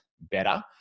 better